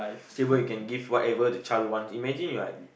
stable you can give whatever the child want imagine you are